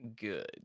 good